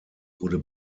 wurde